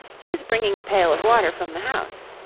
he's bringing a pail of water from the house.